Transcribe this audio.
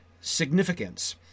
significance